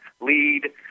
lead